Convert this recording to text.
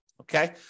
Okay